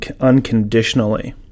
unconditionally